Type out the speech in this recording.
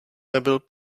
nebyl